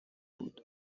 بود